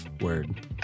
Word